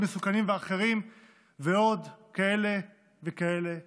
מסוכנים ואחרים ועוד כאלה וכאלה וכאלה.